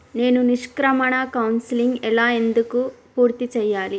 నేను నిష్క్రమణ కౌన్సెలింగ్ ఎలా ఎందుకు పూర్తి చేయాలి?